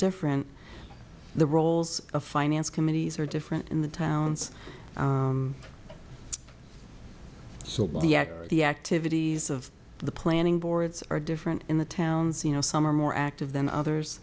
different the roles of finance committees are different in the towns so the activities of the planning boards are different in the towns you know some are more active than others